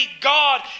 God